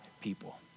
people